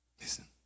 Listen